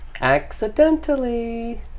Accidentally